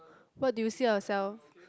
what do you see yourself